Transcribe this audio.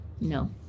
No